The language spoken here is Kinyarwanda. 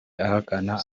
ahakana